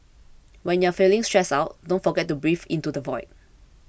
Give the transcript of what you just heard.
when you are feeling stressed out don't forget to breathe into the void